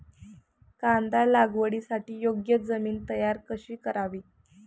कांदा लागवडीसाठी योग्य जमीन तयार कशी करावी?